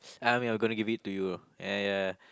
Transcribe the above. I mean I'm gonna give it to you ya ya